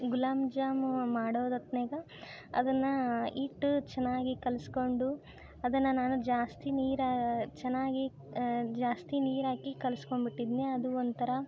ಗುಲಾಬ್ ಜಾಮೂನ್ ಮಾಡೋದು ಹೊತ್ನ್ಯಾಗ ಅದನ್ನು ಹಿಟ್ಟು ಚೆನ್ನಾಗಿ ಕಲಿಸ್ಕೊಂಡು ಅದನ್ನು ನಾನು ಜಾಸ್ತಿ ನೀರು ಚೆನ್ನಾಗಿ ಜಾಸ್ತಿ ನೀರು ಹಾಕಿ ಕಲಿಸ್ಕೊಂಬಿಟ್ಟಿದ್ನ್ಯೆ ಅದು ಒಂಥರ